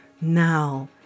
now